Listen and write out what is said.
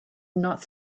not